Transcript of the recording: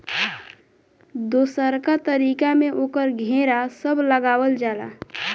दोसरका तरीका में ओकर घेरा सब लगावल जाला